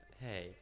Hey